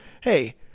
hey –